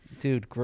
dude